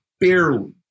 barely